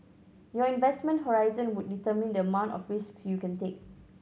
your investment horizon would determine the amount of risks you can take